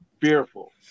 fearful